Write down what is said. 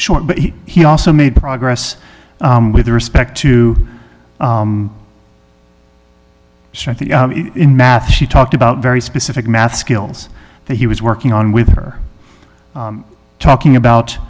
short but he he also made progress with respect to in math she talked about very specific math skills that he was working on with her talking